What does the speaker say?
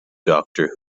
doctor